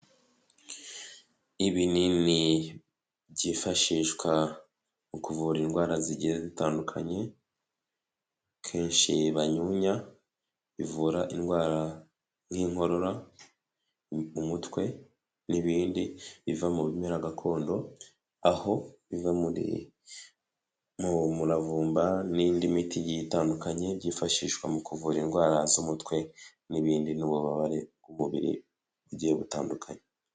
Ibinini byifashishwa mu kuvura indwara zigiye zitandukanye kenshi banyunya, bivura indwara nk'inkorora, umutwe n'ibindi biva mu bimera gakondo, aho biva mu muravumba n'indi miti igiye itandukanye byifashishwa mu kuvura indwara z'umutwe n'ibindi n'ububabare bw'umubiri bugiye butandukanye.